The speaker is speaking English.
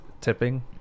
Tipping